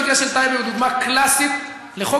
המקרה של טייבה הוא דוגמה קלאסית לחוק